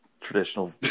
traditional